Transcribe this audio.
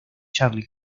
charlie